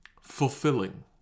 Fulfilling